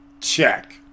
Check